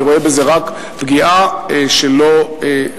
אני רואה בזה רק פגיעה שלא ברצון.